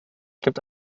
gibt